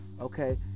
Okay